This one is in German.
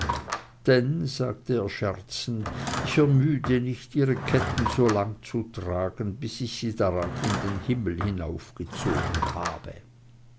denn sagte er scherzend ich ermüde nicht ihre ketten so lang zu tragen bis ich sie daran in den himmel hinaufgezogen habe